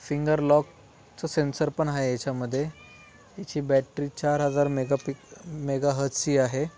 finger लॉकचं सेन्सरपण आहे येच्यामध्ये हेची बॅटरी चार हजार मेगा पिक मेगा हर्ट्झची आहे